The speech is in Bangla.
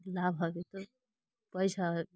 লাভ হবে তো পয়সা হবে